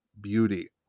beauty